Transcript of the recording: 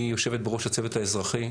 היא יושבת בראש הצוות האזרחי,